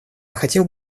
хотел